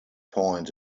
point